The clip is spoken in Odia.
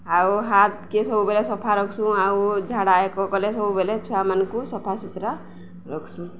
ଆଉ ହାତ କେ ସବୁବେଳେ ସଫା ରଖସୁଁ ଆଉ ଝାଡ଼ା ଏକ କଲେ ସବୁବେଲେ ଛୁଆମାନଙ୍କୁ ସଫା ସୁତୁରା ରଖସୁଁ